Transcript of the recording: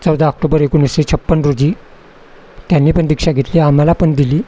चौदा आक्टोबर एकोणीसशे छप्पन रोजी त्यांनी पण दीक्षा घेतली आम्हाला पण दिली